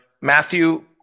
Matthew